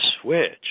switch